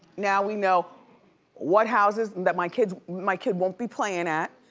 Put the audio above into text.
now we know what houses that my kid my kid won't be playin' at,